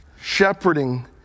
shepherding